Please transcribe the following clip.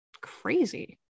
crazy